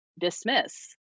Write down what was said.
dismiss